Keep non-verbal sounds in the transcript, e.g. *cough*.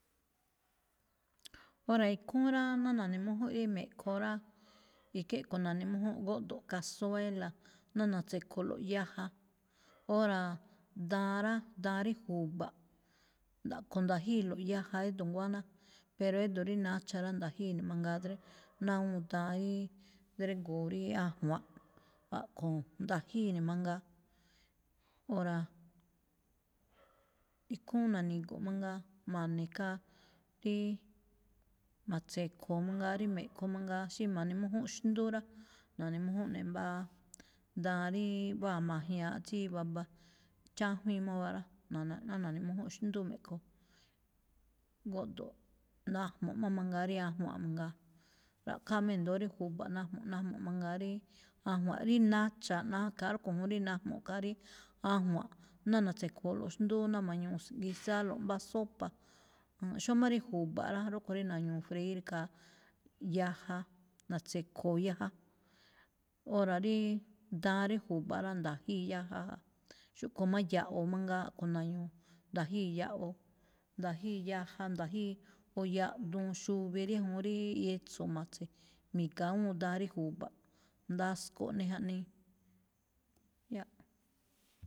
Óra̱ ikhúún rá, ná na̱ne̱mújúnꞌ rí me̱ꞌkho rá, *noise* ikhín kho̱ na̱nemújúnꞌ, góꞌdo̱ꞌ cazuela ná na̱tse̱kho̱o̱lo̱ꞌ yaja. Óra̱, daan rá, daan rí ju̱ba̱ꞌ, a̱ꞌkho̱ ndajíilo̱ꞌ yaja édo̱ nguáná, pero édo̱ rí nacha̱ rá, nda̱jíi ne̱ mangaa dré-náa *noise* awúun daan ríí drégo̱o̱ rí ajwa̱nꞌ, *noise* a̱ꞌkho̱ nda̱jíi ne̱ mangaa. Óra̱, *noise* ikhúún na̱ni̱gu̱ꞌ mangaa ma̱ne̱ khaa íí, ma̱tse̱kho̱o̱ *noise* mangaa rí me̱ꞌkho mangaa, xí ma̱ne̱mújún xndú rá, na̱ne̱mújúnꞌ ne̱ mbáá daan ríí wáa ma̱jña̱ꞌ tsí vaba chájwíin máwáa rá, no̱-náa na̱ne̱mújúnꞌ xndú me̱ꞌkho. Góꞌdo̱ꞌ. Najmuꞌ má mangaa rí ajwa̱nꞌ mangaa, ra̱ꞌkháa má e̱do̱ó rí ju̱ba̱ꞌ najmuꞌ, najmuꞌ mangaa rí ajwa̱nꞌ rí nacha̱ na- khaa rúꞌkho̱ juun rí najmuꞌ, khaa rí ajwa̱nꞌ ná na̱tse̱kho̱o̱lo̱ꞌ xndúú, na̱ma̱ñu *noise* guisáálo̱ꞌ mbá sopa, mm. Xómá rí ju̱ba̱ꞌ rá, rúꞌkho̱ rí na̱ñu̱u̱ freír khaa yaja, na̱tse̱kho̱o̱ yaja. Óra̱ ríí, daan rí ju̱ba̱ꞌ rá, nda̱jíi yaja ja, xúꞌkho̱ má yaꞌwo̱ mangaa a̱ꞌkho̱ na̱ñu̱u̱, nda̱jíi ya̱ꞌwo̱, nda̱jíi yaja nda̱jíi o yaꞌduun xuvi riáajuun ríí etso̱ ma̱tse̱, mi̱ga̱ awúun daan rí ju̱ba̱ꞌ, ndasꞌko̱ꞌ ꞌne jaꞌnii.